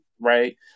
right